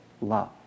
love